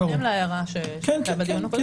בהתאם להערה שעלתה בדיון הקודם.